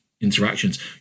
interactions